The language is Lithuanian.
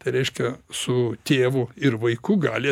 tai reiškia su tėvu ir vaiku gali